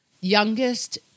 youngest